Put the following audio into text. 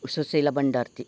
Sushila Bhandarti